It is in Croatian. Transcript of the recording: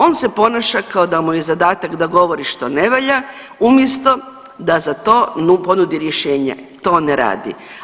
On se ponaša kao da mu je zadatak da govori što ne valja umjesto da za to ponudi rješenje, to ne radi.